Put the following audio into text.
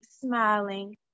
smiling